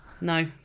No